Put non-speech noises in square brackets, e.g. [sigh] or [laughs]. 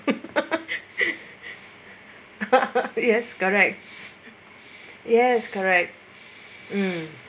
[laughs] yes correct yes correct mm